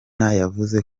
yavuze